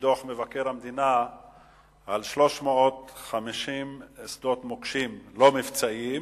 דוח מבקר המדינה על 350 שדות מוקשים לא מבצעיים